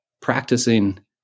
practicing